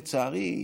לצערי,